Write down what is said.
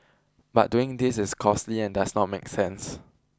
but doing this is costly and does not make sense